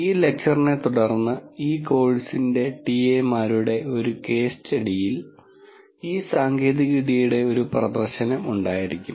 ഈ ലെക്ച്ചറിനെത്തുടർന്ന് ഈ കോഴ്സിന്റെ ടിഎമാരുടെ ഒരു കേസ് സ്റ്റഡിയിൽ ഈ സാങ്കേതികവിദ്യയുടെ ഒരു പ്രദർശനം ഉണ്ടായിരിക്കും